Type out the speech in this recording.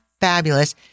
fabulous